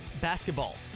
basketball